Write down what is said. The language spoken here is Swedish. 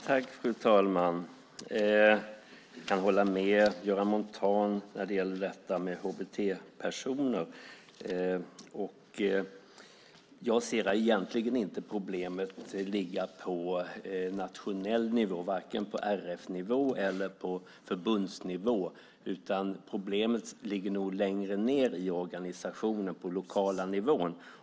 Fru talman! Jag kan hålla med Göran Montan när det gäller HBT-personer. Jag ser egentligen inte att problemet ligger på nationell nivå - varken på RF-nivå eller på förbundsnivå. Problemet ligger nog längre ned i organisationen, på den lokala nivån.